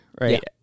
right